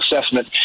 assessment